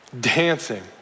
dancing